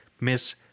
Miss